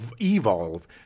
evolve